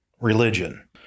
religion